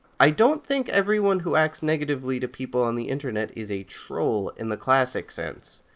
i don't think everyone who acts negatively to people on the internet is a troll in the classic sense.